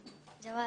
ג'וואד.